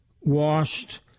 washed